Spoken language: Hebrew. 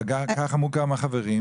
וכך אמרו כמה חברים,